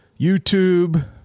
YouTube